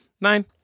Nine